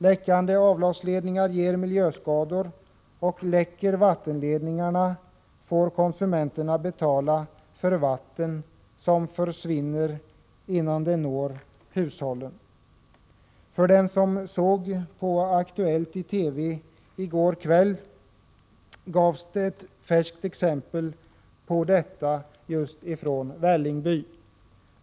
Läckande avloppsledningar ger miljöskador, och läcker vattenledningarna får konsumenterna betala för vatten som försvinner innan det når hushållen. För den som såg på Aktuellt på TV i går kväll gavs det ett färskt exempel på detta från Vällingby.